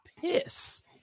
piss